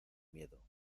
miedo